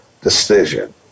decision